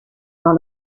dans